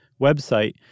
website